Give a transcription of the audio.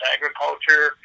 Agriculture